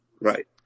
Right